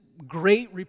great